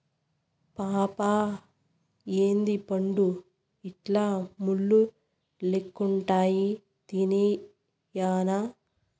పాపా ఏందీ పండ్లు ఇట్లా ముళ్ళు లెక్కుండాయి తినేయ్యెనా